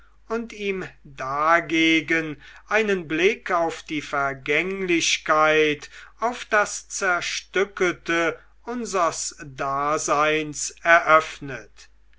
und ihm dagegen einen blick auf die vergänglichkeit auf das zerstückelte unsers daseins eröffnet